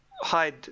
hide